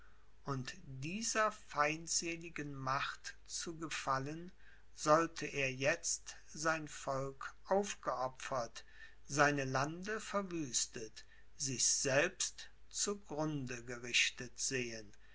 und dieser feindseligen macht zu gefallen sollte er jetzt sein volk aufgeopfert seine lande verwüstet sich selbst zu grunde gerichtet sehen